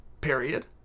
period